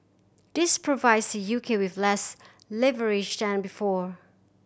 this provides the U K with less leverage than before